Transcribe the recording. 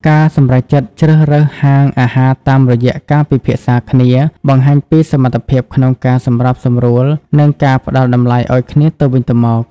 ការសម្រេចចិត្តជ្រើសរើសហាងអាហារតាមរយៈការពិភាក្សាគ្នា បង្ហាញពីសមត្ថភាពក្នុងការសម្របសម្រួល និងការផ្ដល់តម្លៃឱ្យគ្នាទៅវិញទៅមក។